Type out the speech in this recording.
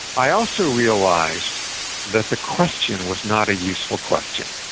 i also realized that the question was not a useful question.